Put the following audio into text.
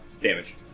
damage